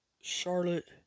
Charlotte